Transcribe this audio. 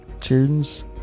tunes